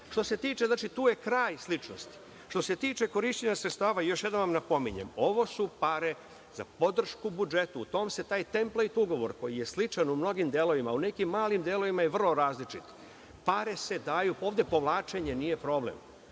je jasna, tu je kraj sličnosti. Što se tiče korišćenja sredstava, još jednom napominjem, ovo su pare za podršku budžetu. U tom se template ugovor koji je sličan u mnogim delovima, u nekim malim delovima je vrlo različit, pare se daju, ovde povlačenje nije problem.